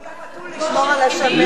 נתנו לחתול לשמור על השמנת.